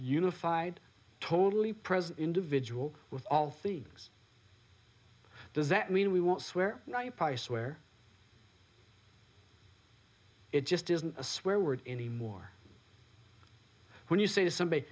unified totally present individual with all things does that mean we won't swear i swear it just isn't a swear word anymore when you say to somebody